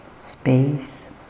space